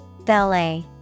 Ballet